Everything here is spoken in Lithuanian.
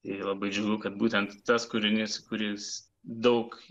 tai labai džiugu kad būtent tas kūrinys kuris daug